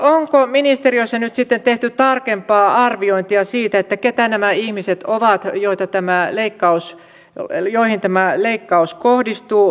onko ministeriössä nyt sitten tehty tarkempaa arviointia siitä keitä nämä ihmiset ovat joihin tämä leikkaus kohdistuu